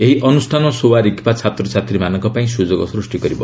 ଏହି ଅନୁଷ୍ଠାନ ସୋୱା ରିଗ୍ପା ଛାତ୍ରଛାତ୍ରୀମାନଙ୍କପାଇଁ ସୁଯୋଗ ସୃଷ୍ଟି କରିବ